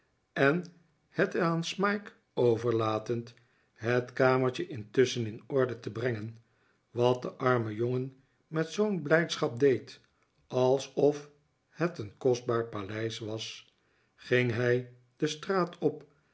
en het aan smike overlatend het kamertje intusschen in orde te brengen wat de arme jongen met zoo'n blijdschap deed alsof het een kostbaar paleis was ging hij de straat op